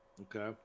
Okay